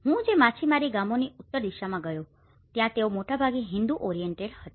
હું જે માછીમારી ગામોની ઉત્તર દિશામાં ગયો છું ત્યાં તેઓ મોટાભાગે હિન્દુ ઓરીએન્ટેડ હતા